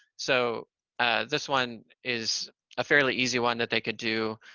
so this one is a fairly easy one that they could do.